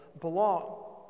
belong